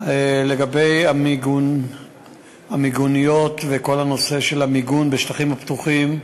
לגבי המיגוניות וכל הנושא של המיגון בשטחים הפתוחים,